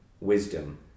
wisdom